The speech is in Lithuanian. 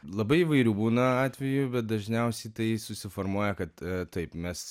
labai įvairių būna atvejų bet dažniausiai tai susiformuoja kad taip mes